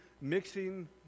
mixing